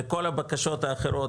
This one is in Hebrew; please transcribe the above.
לכל הבקשות האחרות,